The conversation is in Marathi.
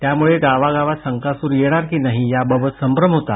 त्यामुळे गावागावात संकासुर येणार की नाही याबाबत संभ्रम होता